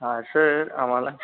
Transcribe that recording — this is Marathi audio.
हा सर आम्हाला